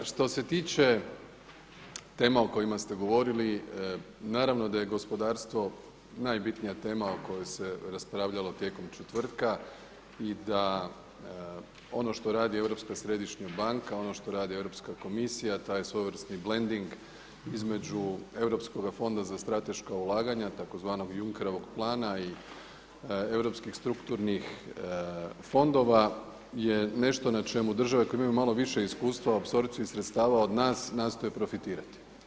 Što se tiče tema o kojima ste govorili naravno da je gospodarstvo najbitnija tema o kojoj se raspravljalo tijekom četvrtka i da ono što radi Europska središnja banka, ono što radi Europska komisija, taj svojevrsni blending između Europskoga fonda za strateška ulaganja tzv. Junckerovog plana i europskih strukturnih fondova je nešto na čemu države koje imaju malo više iskustva apsorpcije sredstava od nas nastoje profitirati.